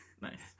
Nice